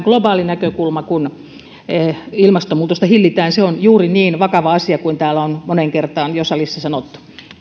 globaali näkökulma kun ilmastonmuutosta hillitään se on juuri niin vakava asia kuin täällä on jo moneen kertaan salissa sanottu